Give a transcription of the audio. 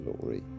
glory